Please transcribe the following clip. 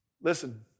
listen